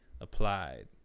applied